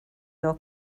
your